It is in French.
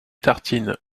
tartines